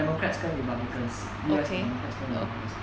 democrats 跟 republicans 的 U_S democrats 跟 republicans